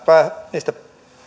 niistä